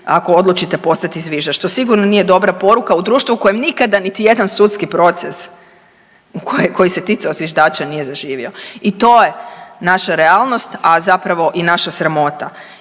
ako odlučite postati zviždač. To sigurno nije dobra u društvu u kojem nikada niti jedan sudski proces koji se ticao zviždača nije zaživio. I to je naša realnost, a zapravo i naša sramota.